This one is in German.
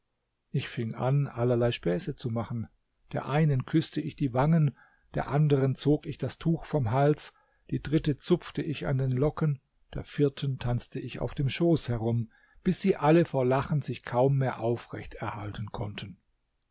ich fing an allerlei späße zu machen der einen küßte ich die wangen der anderen zog ich das tuch vom hals die dritte zupfte ich an den locken der vierten tanzte ich auf dem schoß herum bis sie alle vor lachen sich kaum mehr aufrecht erhalten konnten